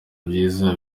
byiza